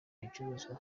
bicuruzwa